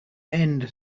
end